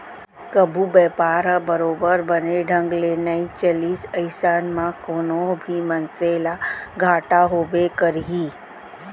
कभू बयपार ह बरोबर बने ढंग ले नइ चलिस अइसन म कोनो भी मनसे ल घाटा होबे करही